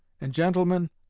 and, gentlemen,